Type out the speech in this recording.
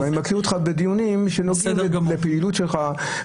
ואני מכיר אותך בדיונים שנוגעים לפעילות שלך --- בסדר גמור.